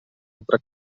altra